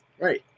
Right